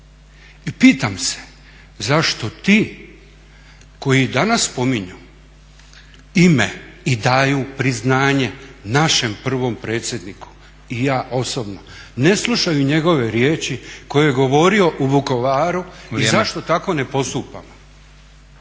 I pitam se zašto ti koji danas spominju ime i daju priznanja našem prvom predsjedniku i ja osobno, ne slušaju njegove riječi koje je govorio u Vukovaru i zašto tako ne postupamo.